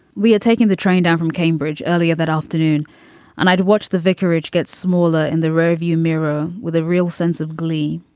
we are taking the train down from cambridge earlier that afternoon and i'd watch the vicarage get smaller in the rearview mirror with a real sense of glee.